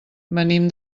venim